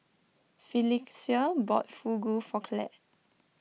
Phylicia bought Fugu for Clare